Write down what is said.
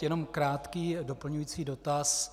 Jen krátký doplňující dotaz.